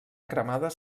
cremades